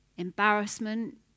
embarrassment